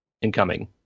Incoming